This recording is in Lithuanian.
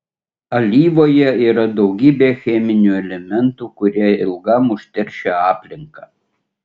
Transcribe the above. alyvoje yra daugybė cheminių elementų kurie ilgam užteršia aplinką